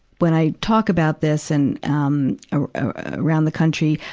when i talk about this and, um, around the country,